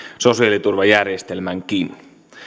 sosiaaliturvajärjestelmänkin